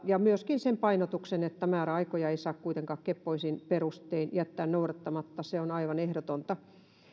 ja myöskin sen painotuksen että määräaikoja ei saa kuitenkaan keppoisin perustein jättää noudattamatta se on aivan ehdotonta